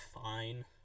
fine